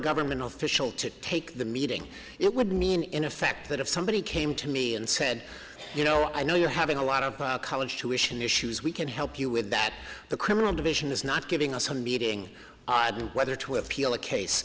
government official to take the meeting it would mean in effect that if somebody came to me and said you know i know you're having a lot of college tuition issues we can help you with that the criminal division is not giving us a meeting on whether to appeal the case